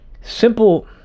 simple